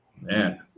man